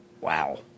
Wow